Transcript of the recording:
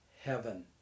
heaven